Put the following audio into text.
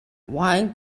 one